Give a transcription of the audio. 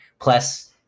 plus